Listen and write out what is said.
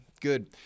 good